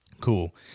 Cool